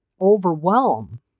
overwhelm